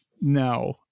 No